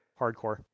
Hardcore